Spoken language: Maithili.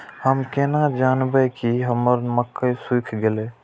हम केना जानबे की हमर मक्के सुख गले?